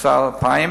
התשס"א 2000,